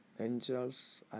Angels